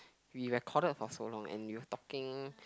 we recorded for so long and you're talking